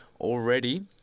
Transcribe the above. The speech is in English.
already